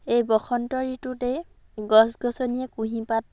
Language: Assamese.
এই বসন্ত ঋতুতেই গছ গছনিয়ে কুঁহিপাত